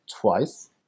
twice